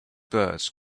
birds